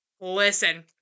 listen